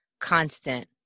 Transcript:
constant